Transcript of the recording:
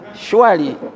surely